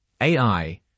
AI